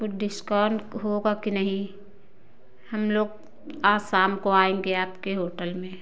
कुछ डिस्काउंट होगा कि नहीं हम लोग आज शाम को आएँगे आपके होटल में